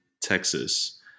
Texas